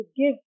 give